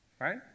Right